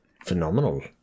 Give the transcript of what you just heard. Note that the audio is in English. Phenomenal